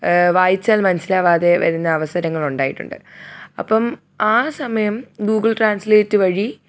വായിച്ചാൽ മനസ്സിലാവാതെ വരുന്ന അവസരങ്ങൾ ഉണ്ടായിട്ടുണ്ട് അപ്പോള് ആ സമയം ഗൂഗിൾ ട്രാൻസ്ലേറ്റ് വഴി